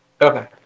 Okay